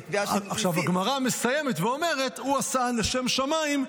זאת קביעה --- הגמרא מסיימת ואומרת: הוא עשאן לשם שמיים,